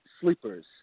sleepers